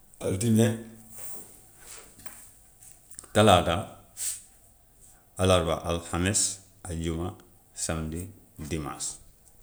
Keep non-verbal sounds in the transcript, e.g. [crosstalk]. Altine, [noise] talaata. [noise] àllarba, alxames, àjjuma, samedi, dimaas.